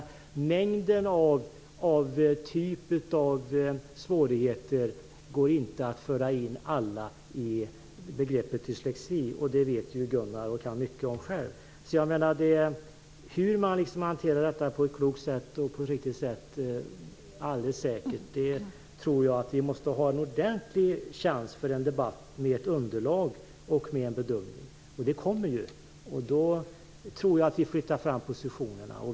Det går inte att föra in alla olika typer av svårigheter i begreppet dyslexi. Det vet ju Gunnar, och han kan själv mycket om det. För att alldeles säkert hantera detta på ett klokt och riktigt sätt tror jag att vi måste ha en ordentlig chans till en debatt med ett underlag och en bedömning. Det kommer ju, och då tror jag att vi kan flytta fram positionerna.